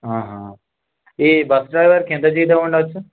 ఆహ ఈ బస్ డ్రైవర్కి ఎంత జీతం ఉండవచ్చు